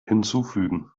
hinzufügen